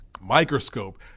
microscope